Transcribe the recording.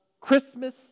Christmas